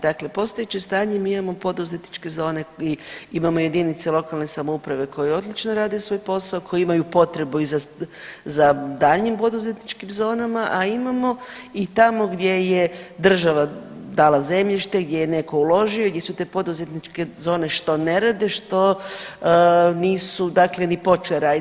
Dakle, postojeće stanje mi imamo poduzetničke zone i imamo jedinice lokalne samouprave koje odlično rade svoj posao, koje imaju potrebu i za daljnjim poduzetničkim zonama, a imamo i tamo gdje je država dala zemljište, gdje je neko uložio i gdje su te poduzetničke zone što ne rade, što nisu ni počele raditi.